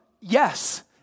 yes